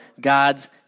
God's